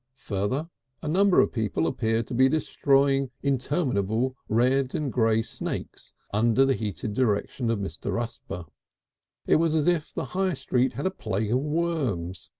further a number of people appeared to be destroying interminable red and grey snakes under the heated direction of mr. rusper it was as if the high street had a plague of worms,